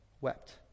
wept